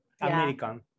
American